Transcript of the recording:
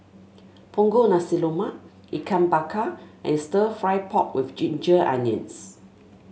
Punggol Nasi Lemak Ikan Bakar and stir fry pork with Ginger Onions